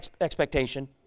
expectation